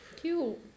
cute